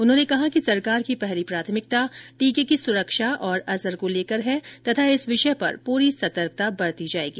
उन्होंने कहा कि सरकार की पहली प्राथमिकता टीके की सुरक्षा और असर को लेकर है तथा इस विषय पर पूरी सतर्कता बरती जाएगी